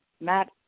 Matt